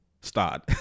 start